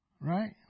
Right